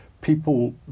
people